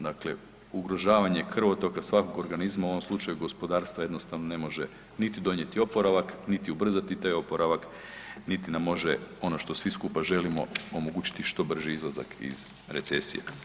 Dakle, ugrožavanje krvotoka svakog organizma, u ovom slučaju gospodarstva, jednostavno ne može niti donijeti oporavak, niti ubrzati taj oporavak, niti nam može, ono što svi skupa želimo, omogućiti što brži izlazak iz recesije.